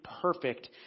perfect